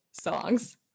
songs